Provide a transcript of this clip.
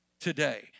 today